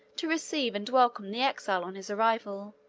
to receive and welcome the exile on his arrival,